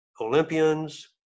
Olympians